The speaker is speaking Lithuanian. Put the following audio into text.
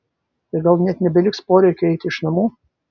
tai gal net nebeliks poreikio eiti iš namų